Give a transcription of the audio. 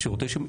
שירותי שיקום.